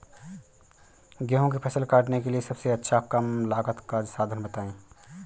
गेहूँ की फसल काटने के लिए सबसे अच्छा और कम लागत का साधन बताएं?